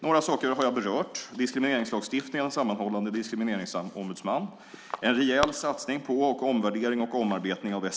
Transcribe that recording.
Några saker har jag berört, som diskrimineringslagstiftningen och en sammanhållande diskrimineringsombudsman samt en rejäl satsning på och omarbetning och omvärdering av sfi.